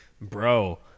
Bro